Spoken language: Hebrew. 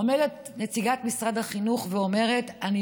עומדת נציגת משרד החינוך ואומרת: אני